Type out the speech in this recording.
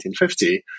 1950